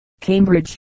Cambridge